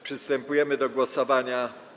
Przystępujemy do głosowania.